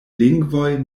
lingvoj